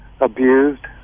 abused